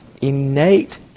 innate